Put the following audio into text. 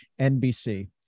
nbc